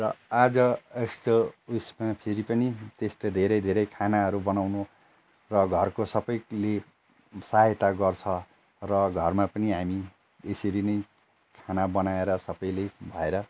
र आज यस्तो उयसमा फेरि पनि त्यस्तो धेरै धेरै खानाहरू बनाउनु र घरको सबले सहायता गर्छ र घरमा पनि हामी यसरी नै खाना बनाएर सबले भएर